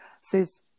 says